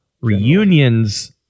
Reunions